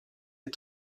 est